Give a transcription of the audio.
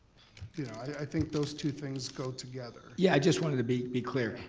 yeah i think those two things go together. yeah i just wanted to be be clear.